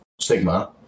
Sigma